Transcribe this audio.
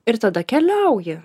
ir tada keliauji